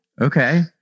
Okay